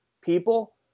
people